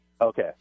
Okay